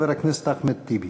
חבר הכנסת אחמד טיבי.